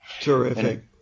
terrific